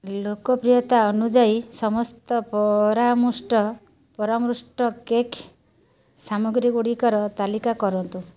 ଲୋକପ୍ରିୟତା ଅନୁଯାୟୀ ସମସ୍ତ ପରାମୃଷ୍ଟ ପରାମୃଷ୍ଟ କେକ୍ ସାମଗ୍ରୀଗୁଡ଼ିକର ତାଲିକା କରନ୍ତୁ